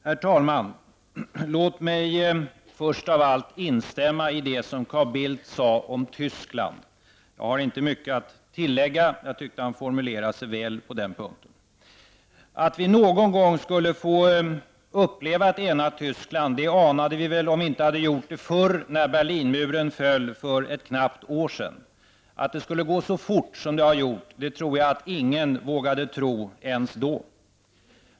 Herr talman! Låt mig först av allt instämma i det som Carl Bildt sade om Tyskland. Jag har inte mycket att tillägga; jag tyckte att han formulerade sig väl på den punkten. Att vi någon gång skulle få uppleva ett enat Tyskland anade vi väl -- om vi inte hade gjort det förr -- när Berlinmuren föll för ett knappt år sedan. Att det skulle gå så fort som det har gjort tror jag inte någon vågade tro ens då.